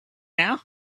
now